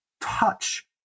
touch